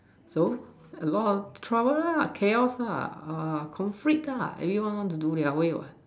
so a lot trouble ah chaos lah err conflict ah everyone want to do their way mah